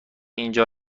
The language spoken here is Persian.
اینجا